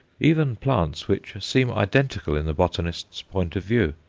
even plants which seem identical in the botanist's point of view.